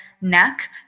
neck